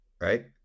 right